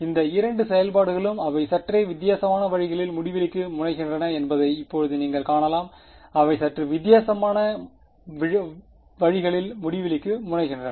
இந்த இரண்டு செயல்பாடுகளும் அவை சற்றே வித்தியாசமான வழிகளில் முடிவிலிக்கு முனைகின்றன என்பதை இப்போது நீங்கள் காணலாம் அவை சற்று வித்தியாசமான வழிகளில் முடிவிலிக்கு முனைகின்றன